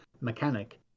mechanic